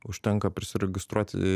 užtenka prisiregistruoti